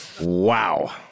Wow